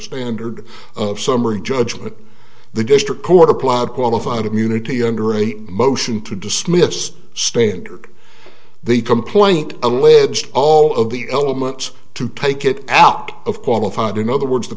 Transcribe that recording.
standard of summary judgment the district court applied qualified immunity under a motion to dismiss standard the complaint alleged all of the elements to take it out of qualified in other words the